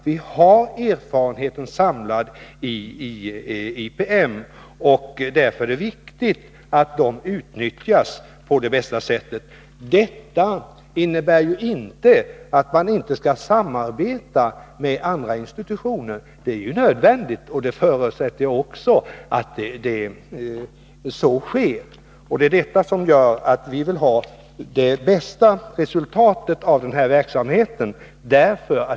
Vi har erfarenheterna samlade i IPM, och det är viktigt att de utnyttjas på det bästa sättet. Detta innebär inte att man inte skall samarbeta med andra institutioner. Det är ju nödvändigt, och jag förutsätter att så också sker.